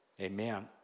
amen